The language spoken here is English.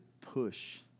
push